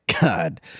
god